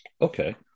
okay